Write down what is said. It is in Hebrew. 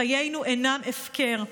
חיינו אינם הפקר.